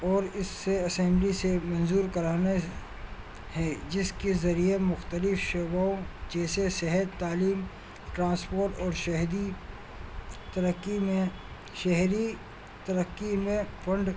اور اس سے اسمبلی سے منظور کرانے ہے جس کے ذریعے مختلف شعبوں جیسے صحت تعلیم ٹرانسپورٹ اور شہری ترقی میں شہری ترقی میں فنڈ